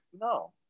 no